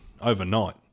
overnight